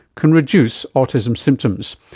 can reduce autism symptoms.